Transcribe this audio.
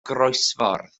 groesffordd